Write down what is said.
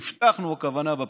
"הבטחנו" הכוונה בבחירות,